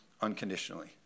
Unconditionally